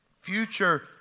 future